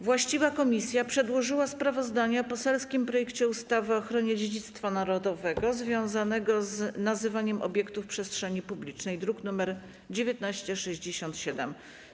Właściwa komisja przedłożyła sprawozdanie o poselskim projekcie ustawy o ochronie dziedzictwa narodowego związanego z nazywaniem obiektów przestrzeni publicznej, druk nr 1967.